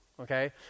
Okay